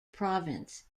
province